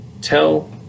tell